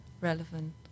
relevant